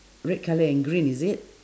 red colour and green is it